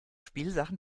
spielsachen